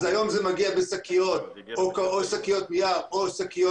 אז היום זה מגיע בשקיות נייר או בשקיות